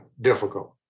difficult